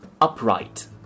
upright